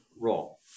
role